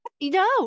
No